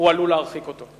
הוא עלול להרחיק אותו.